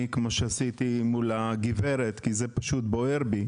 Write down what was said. כפי שעשיתי מול הגברת כי זה בוער בי: